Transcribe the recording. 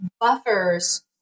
buffers